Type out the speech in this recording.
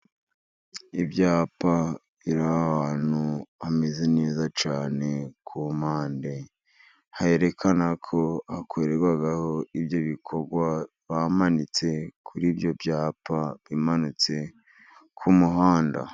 Ibyapa biri ahantu hameze neza cyane. Ku mpande herekana ko hakorerwa ibyo bikorwa bamanitse kuri ibyo byapa bimantse ku muhanda.